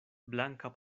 blanka